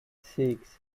six